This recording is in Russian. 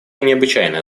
необычайное